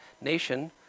nation